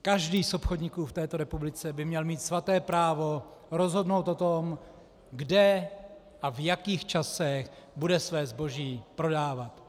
Každý z obchodníků v této republice by měl mít svaté právo rozhodnout o tom, kde a v jakých časech bude své zboží prodávat.